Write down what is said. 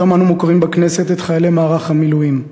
היום אנו מוקירים בכנסת את חיילי מערך המילואים.